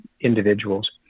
individuals